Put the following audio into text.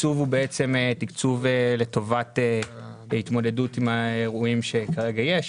התקצוב הוא לטובת התמודדות עם האירועים שכרגע יש,